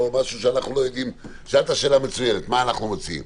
שאלת מה אנחנו מציעים,